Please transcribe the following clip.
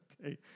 Okay